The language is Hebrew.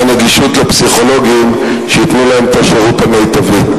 מהנגישות לפסיכולוגים שייתנו להם את השירות המיטבי.